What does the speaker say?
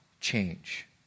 change